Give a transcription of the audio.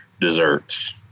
desserts